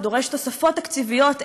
זה דורש תוספות תקציביות,